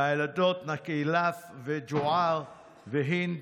והילדות נכאילאף ג'עאר והינד,